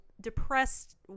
depressed